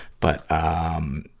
but, um,